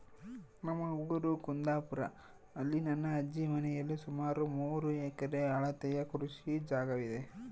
ನಮ್ಮ ಊರು ಕುಂದಾಪುರ, ಅಲ್ಲಿ ನನ್ನ ಅಜ್ಜಿ ಮನೆಯಲ್ಲಿ ಸುಮಾರು ಮೂರು ಎಕರೆ ಅಳತೆಯ ಕೃಷಿ ಜಾಗವಿದೆ